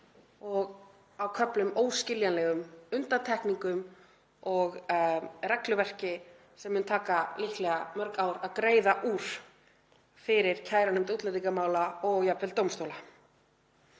og á köflum óskiljanlegum undantekningum og regluverki sem mun líklega taka mörg ár að greiða úr fyrir kærunefnd útlendingamála og jafnvel dómstólum.